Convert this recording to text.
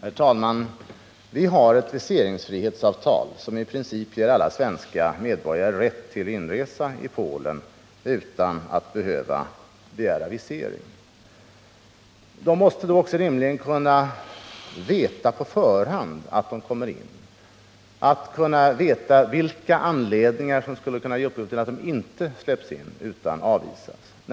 Herr talman! Vi har ett viseringsfrihetsavtal som i princip ger alla svenska medborgare rätt till inresa i Polen utan att behöva begära visering. De måste då också rimligen kunna veta på förhand att de kommer in i landet, de måste kunna veta vilka anledningar som skulle kunna ge upphov till att de inte släpps in utan avvisas.